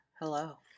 hello